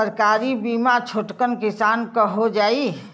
सरकारी बीमा छोटकन किसान क हो जाई?